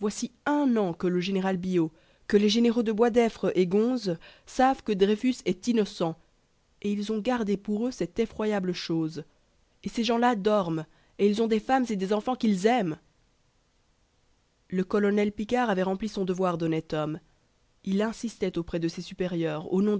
un an que le général billot que les généraux de boisdeffre et gonse savent que dreyfus est innocent et ils ont gardé pour eux cette effroyable chose et ces gens-là dorment et ils ont des femmes et des enfants qu'ils aiment le lieutenant-colonel picquart avait rempli son devoir d'honnête homme il insistait auprès de ses supérieurs